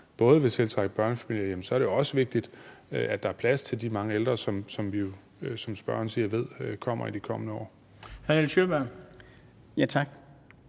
gerne vil tiltrække børnefamilier, er det også vigtigt, at der er plads til de mange ældre, som vi jo, som spørgeren siger, ved kommer i de kommende år.